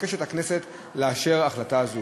מתבקשת הכנסת לאשר החלטה זו.